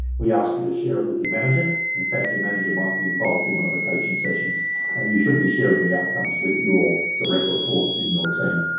we ask you to share it with your manager, in fact your manager might be involved in one of the coaching sessions and you should be sharing the outcomes with your direct reports in your team.